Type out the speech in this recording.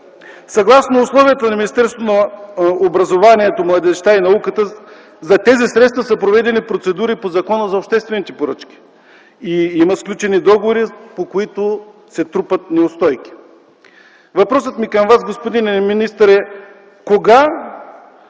Съгласно условията на Министерството на образованието, младежта и науката за тези средства са проведени процедури по Закона за обществените поръчки и има сключени договори, по които се трупат неустойки. Въпросът ми към Вас, господин министър, е: кога